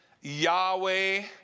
Yahweh